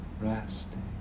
resting